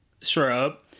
shrub